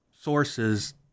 sources